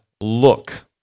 look